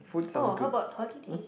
oh how about holidays